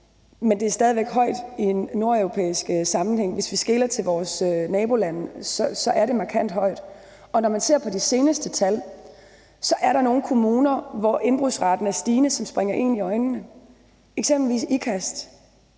Men det er stadig væk højt i en nordeuropæisk sammenhæng. Hvis vi skeler til vores nabolande, er det markant højt. Og når man ser på de seneste tal, er der nogle kommuner, hvor en indbrudsraten er stigende, og hvor tallene springer en i øjnene. Det gælder